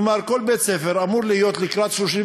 כלומר כל בית-ספר אמור לקראת 31